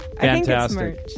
fantastic